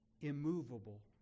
Immovable